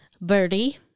Birdie